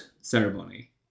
ceremony